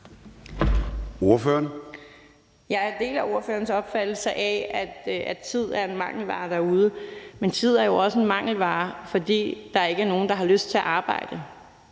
Jeg deler ordførerens opfattelse af, at tid er en mangelvare derude, men tid er jo også en mangelvare, fordi der ikke er nogen, der har lyst til at arbejde